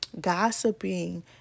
gossiping